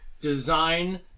design